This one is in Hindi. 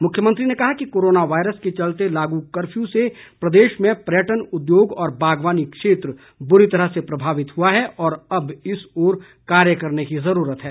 मुख्यमंत्री ने कहा कि कोरोना वायरस के चलते लागू कफ्यू से प्रदेश में पर्यटन उद्योग और बागवानी क्षेत्र बुरी तरह से प्रभावित हुआ है और अब इस ओर कार्य करने की जरूरत है